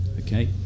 Okay